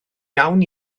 iawn